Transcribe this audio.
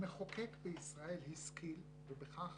המחוקק בישראל השכיל, ובכך